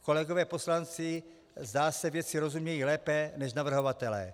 Kolegové poslanci, zdá se, věci rozumějí lépe než navrhovatelé.